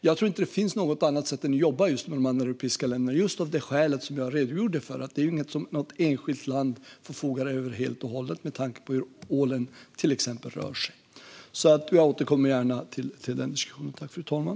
Jag tror inte att det finns något annat sätt än att jobba just med de andra europeiska länderna just av det skäl som jag redogjorde för, alltså att detta inte är något som något enskilt land förfogar över helt och hållet med tanke på hur ålen rör sig till exempel. Jag återkommer gärna till den diskussionen.